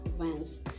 events